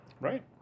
Right